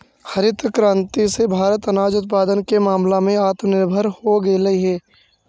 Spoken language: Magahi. हरित क्रांति से भारत अनाज उत्पादन के मामला में आत्मनिर्भर हो गेलइ हे